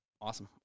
awesome